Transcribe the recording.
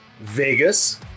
Vegas